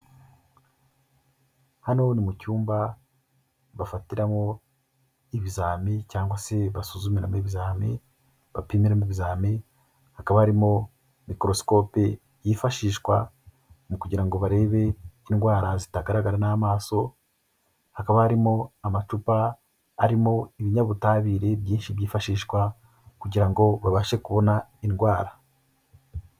Hano ni mu cyumba bafatiramo ibizami cyangwa se basuzumiramo ibizami, bapimiramo ibizamini, hakaba harimo microscope yifashishwa mu kugira ngo barebe indwara zitagaragara n'amaso, hakaba harimo amacupa arimo ibinyabutabire byinshi byifashishwa kugira ngo babashe kubona indwara.